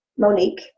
Monique